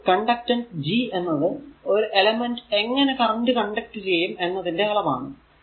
അപ്പോൾ conductance G എന്നത് ഒരു എലമെന്റ് എങ്ങനെ കറന്റ് കണ്ടക്ട് ചെയ്യും എന്നതിന്റെ അളവാണ്